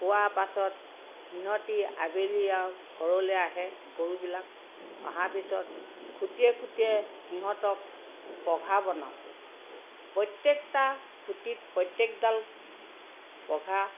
খোৱা পাছত সিহঁতি আবেলি আৰু ঘৰলৈ আহে গৰুবিলাক অহাৰ পিছত খুটিয়ে খুটিয়ে সিহঁতক পঘা বনাওঁ প্ৰত্যেকটা খুটিত প্ৰত্যেকডাল পঘা